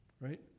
Right